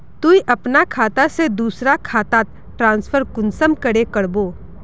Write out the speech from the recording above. तुई अपना खाता से दूसरा खातात ट्रांसफर कुंसम करे करबो?